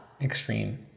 extreme